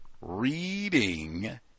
Reading